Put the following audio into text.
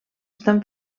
estan